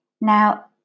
Now